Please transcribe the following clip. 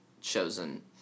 chosen